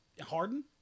Harden